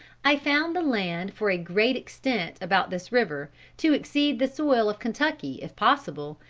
i found the land for a great extent about this river to exceed the soil of kentucky if possible,